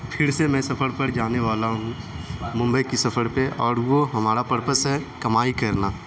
پھر سے میں سفر پر جانے والا ہوں ممبئی کی سفرپہ اور وہ ہمارا پرپس ہے کمائی کرنا